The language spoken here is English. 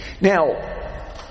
Now